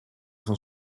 van